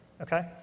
okay